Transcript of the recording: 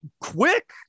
quick